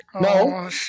No